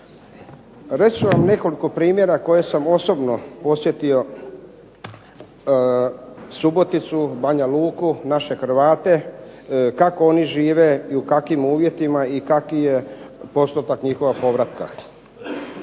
ću vam nekoliko primjer koje sam osobno posjetio Suboticu, Banja Luku naše Hrvate kako oni žive i u kakvim uvjetima i kakvi je postotak njihova povratka.